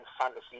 fantasy